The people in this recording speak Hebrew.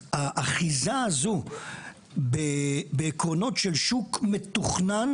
אז האחיזה הזאת בעקרונות של שוק מתוכנן,